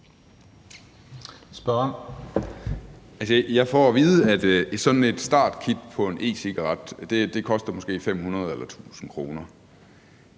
Altså, jeg får at vide, at sådan et startkit til en e-cigaret koster måske 500 eller 1.000 kroner.